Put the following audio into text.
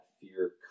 fear